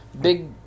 Big